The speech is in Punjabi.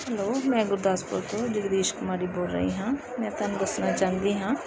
ਹੈਲੋ ਮੈਂ ਗੁਰਦਾਸਪੁਰ ਤੋਂ ਜਗਦੀਸ਼ ਕੁਮਾਰੀ ਬੋਲ ਰਹੀ ਹਾਂ ਮੈਂ ਤੁਹਾਨੂੰ ਦੱਸਣਾ ਚਾਹੁੰਦੀ ਹਾਂ